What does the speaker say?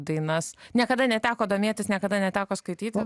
dainas niekada neteko domėtis niekada neteko skaityti